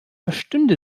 verstünde